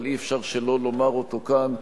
אבל אי-אפשר שלא לומר אותו כאן.